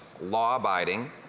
law-abiding